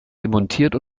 demontiert